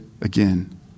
again